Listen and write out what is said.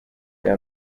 bwa